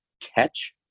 catch